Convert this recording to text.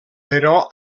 però